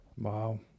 Wow